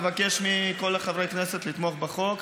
אבקש מכל חברי הכנסת לתמוך בחוק,